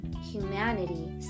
humanity